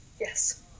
yes